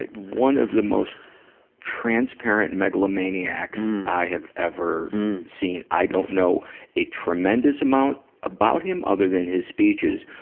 one of the most transparent megalomaniacs i had ever seen i don't know a tremendous amount about him, other than his speeches,